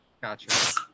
Gotcha